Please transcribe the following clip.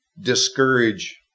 discourage